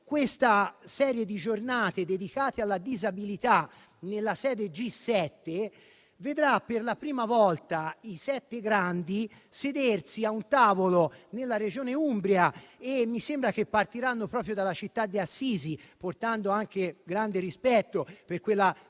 una serie di giornate dedicate alla disabilità nella sede del G7 - vedrà per la prima volta i sette grandi sedersi a un tavolo nella Regione Umbria. Mi sembra peraltro che i lavori partiranno proprio dalla città di Assisi, portando anche grande rispetto per quella